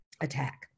attack